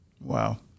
Wow